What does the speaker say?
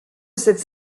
cette